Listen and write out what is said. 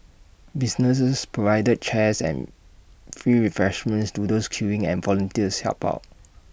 businesses provided chairs and free refreshments to those queuing and volunteers helped out